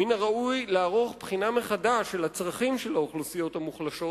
מן הראוי לערוך בחינה מחדש של האוכלוסיות המוחלשות,